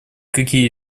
какие